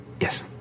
yes